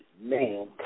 man